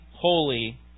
holy